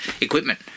equipment